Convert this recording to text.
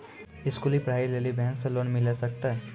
स्कूली पढ़ाई लेली बैंक से लोन मिले सकते?